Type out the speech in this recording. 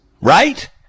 right